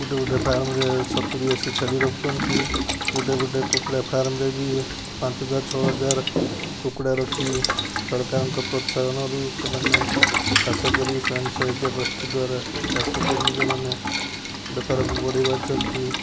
ଗୋଟେ ଗୋଟେ ଫାର୍ମରେ ସତୁରି ଅଶି ଛେଳି ରଖୁଛନ୍ତି ଗୋଟେ ଗୋଟେ କୁକୁଡ଼ା ଫାର୍ମରେ ବି ପାଞ୍ଚ ହଜାର ଛଅ ହଜାର କୁକୁଡ଼ା ରଖି ସରକାରଙ୍କ ପ୍ରୋତ୍ସାହନରୁ ସେମାନେ ଚାଷକରି ସ୍ୱୟଂ ସହାୟିକା ଗୋଷ୍ଠୀ ଦ୍ୱାରା ଚାଷ କରି ସେମାନେ ବେପାରକୁ ବଢ଼େଇ ପାରୁଛନ୍ତି